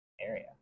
area